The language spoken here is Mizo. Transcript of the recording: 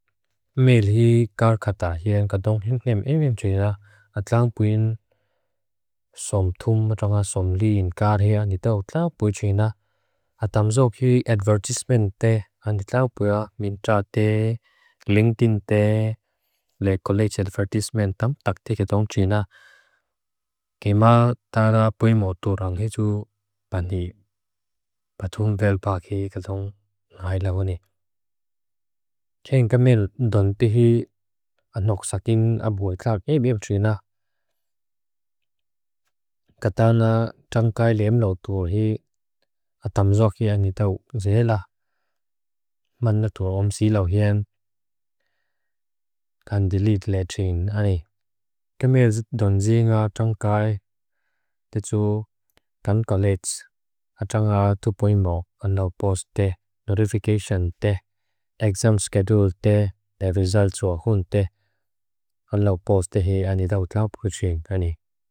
Mêl hî karkata hî an katong hîn kneam emem tʃina. A tlaang pwin som thum tʃanga som lîn karia nidau tlaupui tʃina. A tamzok hî advertisement te a nidlaupui a min tʃate lingtin te le kolej advertisement tam takte katong tʃina. Keimaa tana pwin moturang hî tsu pan hî batun velpaki katong hâi lavuni. Keim kamêl dondihî anok sakin a bwoy klawt ne biem tʃina. Katana tʃangkai leem lautur hî a tamzok hî a nidau zihela. Man lautur omsi lau hîn. Kan dilit le tʃin ani. Kamêl dondihînga tʃangkai te tsu kan kolej. A tʃanga tu pwin mot. An laupos te. Notification te. Exam schedule te. The results o a hûn te. An laupos te hî a nidau tlaupu tʃing ani.